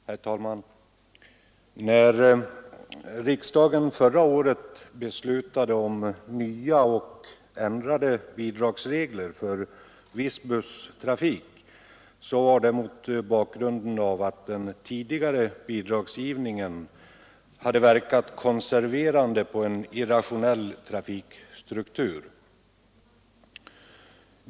Herr talman! När riksdagen förra året beslutade om nya och ändrade bidragsregler för viss busstrafik var det mot bakgrunden av att den tidigare bidragsgivningen hade verkat konserverande på en irrationell trafikstruktur.